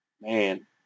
Man